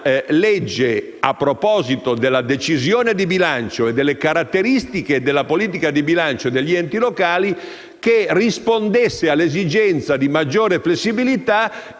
a proposito della decisione di bilancio e delle caratteristiche della politica di bilancio degli enti locali, che rispondesse all'esigenza di maggiore flessibilità in